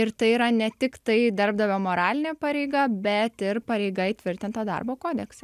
ir tai yra ne tiktai darbdavio moralinė pareiga bet ir pareiga įtvirtinta darbo kodekse